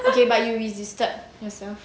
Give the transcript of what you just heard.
okay but you resisted yourself